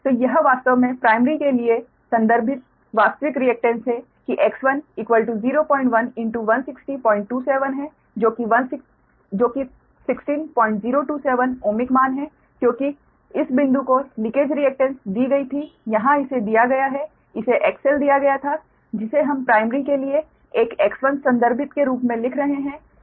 तो यह वास्तव में प्राइमरी के लिए संदर्भित वास्तविक रिएक्टेन्स है कि X1 0116027 है जो कि 16027 ओमिक मान है क्योंकि इस बिंदु को लीकेज रिएक्टेन्स दी गई थी यहां इसे दिया गया है इसे XL दिया गया था जिसे हम प्राइमरी के लिए एक X1 संदर्भित के रूप में लिख रहे हैं